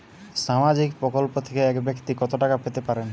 সামাজিক প্রকল্প থেকে এক ব্যাক্তি কত টাকা পেতে পারেন?